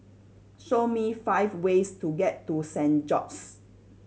show me five ways to get to Saint George's